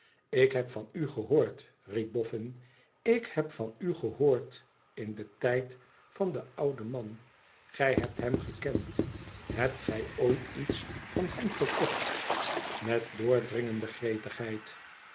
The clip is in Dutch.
ik heb vanu gehoord riep boffin tik heb van u gehoord in den tijd van den ouden man gij hebt hem gekend hebt gij ooit iets van hem gekocht met doordringende gretigheid